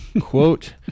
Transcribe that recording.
Quote